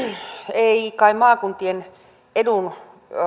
ei kai maakuntien edun